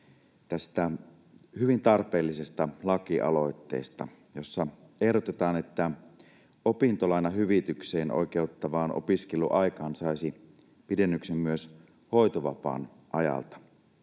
tästä hyvin tarpeellisesta lakialoitteesta, jossa ehdotetaan, että opintolainahyvitykseen oikeuttavaan opiskeluaikaan saisi pidennyksen myös hoitovapaan ajalta.